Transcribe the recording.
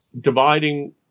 dividing